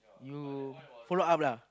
you follow up lah